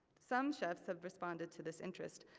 some chefs have responded to this interest,